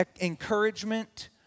encouragement